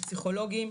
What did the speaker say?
בפסיכולוגים,